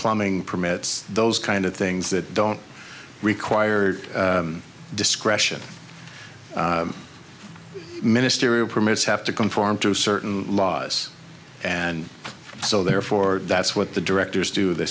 plumbing permits those kind of things that don't require discretion ministerial permits have to conform to certain laws and so therefore that's what the directors do they